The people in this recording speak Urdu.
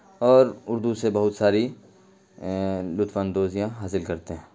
اور اردو سے بہت ساری لطف اندوزیاں حاصل کرتے ہیں